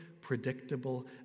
predictable